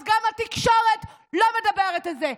אז גם התקשורת לא מדברת את זה.